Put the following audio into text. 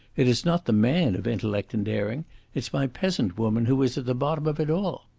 it is not the man of intellect and daring it's my peasant-woman who is at the bottom of it all.